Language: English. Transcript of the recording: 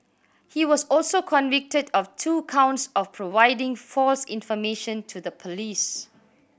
he was also convicted of two counts of providing false information to the police